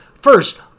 First